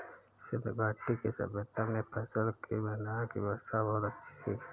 सिंधु घाटी की सभय्ता में फसल के भंडारण की व्यवस्था बहुत अच्छी थी